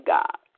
God